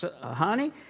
honey